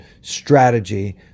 strategy